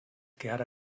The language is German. gerda